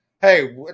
hey